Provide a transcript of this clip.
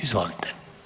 Izvolite.